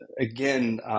again